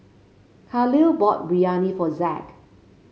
Khalil bought Biryani for Zack